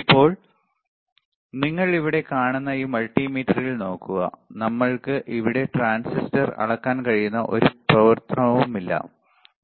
ഇപ്പോൾ നിങ്ങൾ ഇവിടെ കാണുന്ന ഈ മൾട്ടിമീറ്ററിൽ നോക്കുക നമ്മൾക്ക് ഇവിടെ ട്രാൻസിസ്റ്റർ അളക്കാൻ കഴിയുന്ന ഒരു പ്രവർത്തനവുമില്ല